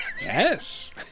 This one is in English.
Yes